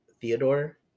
Theodore